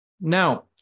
Now